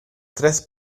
tres